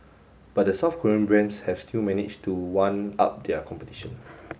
but the South Korean brands have still managed to one up their competition